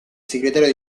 segretario